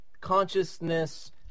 consciousness